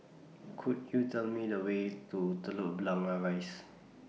Could YOU Tell Me The Way to Telok Blangah Rise